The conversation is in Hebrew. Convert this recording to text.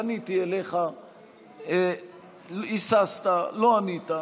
פניתי אליך, היססת, לא ענית,